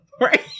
right